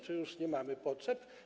Czy już nie mamy potrzeb?